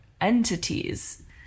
entities